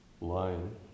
line